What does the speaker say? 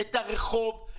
את הרחוב,